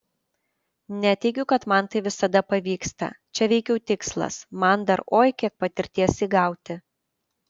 neteigiu kad man tai visada pavyksta čia veikiau tikslas man dar oi kiek patirties įgauti